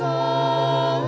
um